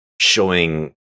showing